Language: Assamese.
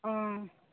অঁ